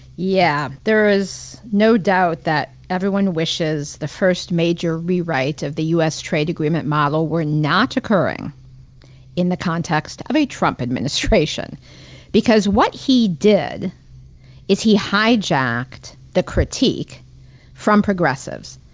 yeah. there is no doubt that everyone wishes the first major rewrite of the u. s. trade agreement model were not occurring in the context of a trump administration because what he did is he hijacked the critique from progressives.